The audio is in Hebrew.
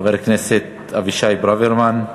חבר הכנסת אבישי ברוורמן.